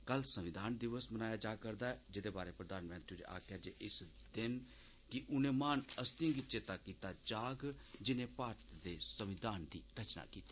कल संविधान दिवस मनाया जारदा ऐ जेदे बारै प्रधानमंत्री होरें आक्खेआ जे इस दिन उनें महान हस्तिएं गी चेत्ता कीता जाग जिनें भारत दे संविधान दी रचना कीती